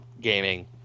gaming